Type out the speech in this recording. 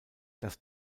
das